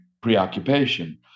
preoccupation